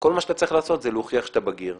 כל מה שאתה צריך לעשות זה להוכיח שאתה בגיר.